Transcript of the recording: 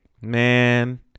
man